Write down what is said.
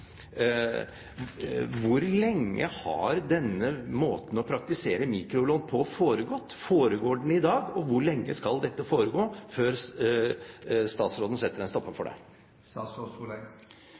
praktisere mikrolån på slik det foregår i dag? Hvor lenge skal dette foregå før statsråden setter en stopper